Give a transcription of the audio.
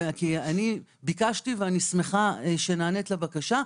ביקשתי אותו ואני שמחה שנענית לבקשה,